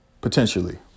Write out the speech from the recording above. potentially